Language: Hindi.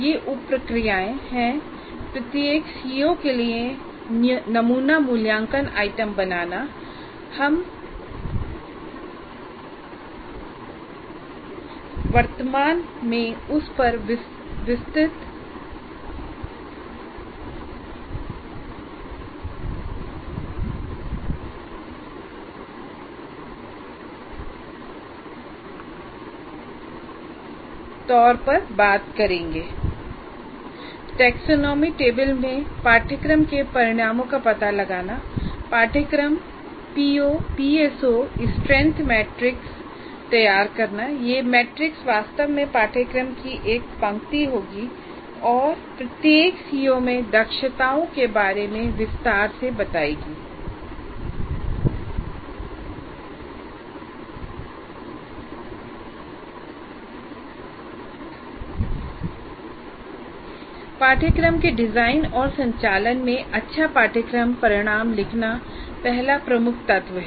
ये उप प्रक्रियाएं हैं प्रत्येक सीओ के लिए नमूना मूल्यांकन आइटम बनाना हम वर्तमान में उस पर विस्तृत करें टैक्सोनॉमी टेबल में पाठ्यक्रम के परिणामों का पता लगाना पाठ्यक्रम पीओपीएसओ स्ट्रेंथ मैट्रिक्स तैयार करना ये मैट्रिक्स वास्तव में पाठ्यक्रम की एक पंक्ति होगी और प्रत्येक CO मे दक्षताओं के बारे में विस्तार से बताएगी पाठ्यक्रम के डिजाइन और संचालन में अच्छा पाठ्यक्रम परिणाम लिखना पहला प्रमुख तत्व है